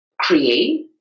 create